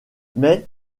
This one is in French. mais